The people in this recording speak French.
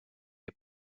les